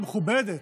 יש פה שרה מכובדת,